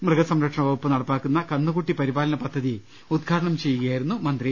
മൃഗസംരക്ഷണ വകുപ്പ് നടപ്പാക്കുന്ന കന്നുകുട്ടി പരിപാലന പദ്ധതി ഉദ്ഘാടനം ചെയ്യുകയായിരുന്നു മന്ത്രി